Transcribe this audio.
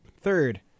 third